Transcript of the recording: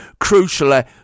crucially